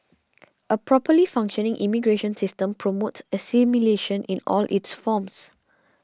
a properly functioning immigration system promotes assimilation in all its forms